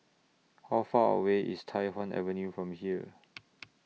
How Far away IS Tai Hwan Avenue from here